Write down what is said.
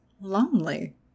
lonely